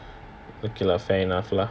okay lah fair enough lah